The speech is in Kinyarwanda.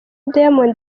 diamond